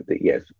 yes